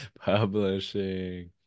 Publishing